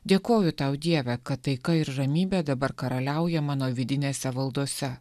dėkoju tau dieve kad taika ir ramybė dabar karaliauja mano vidinėse valdose